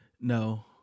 No